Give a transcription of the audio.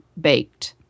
baked